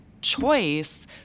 choice